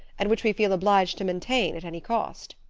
and which we feel obliged to maintain at any cost.